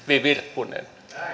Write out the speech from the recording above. virkkunen